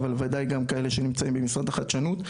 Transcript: אבל ודאי גם כאלה שנמצאים במשרד החדשנות,